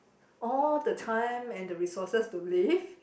all the time and the resources to live